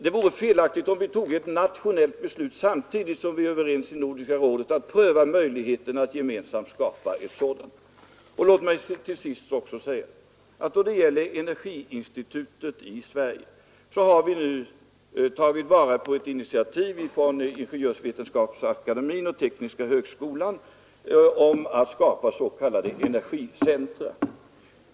Det vore felaktigt om vi tog ett nationellt beslut samtidigt som vi i Nordiska rådet är överens om att pröva möjligheten att gemensamt skapa ett nordiskt sådant institut. Låt mig till sist också säga, när det gäller ett energiinstitut i Sverige, att vi nu har tagit vara på ett initiativ från Ingenjörsvetenskapsakademien och tekniska högskolan om att skapa s.k. energicentra.